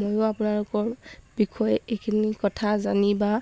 ময়ো আপোনালোকৰ বিষয়ে এইখিনি কথা জানি বা